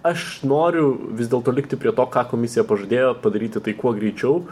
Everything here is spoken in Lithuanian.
aš noriu vis dėlto likti prie to ką komisija pažadėjo padaryti tai kuo greičiau